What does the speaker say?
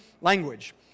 language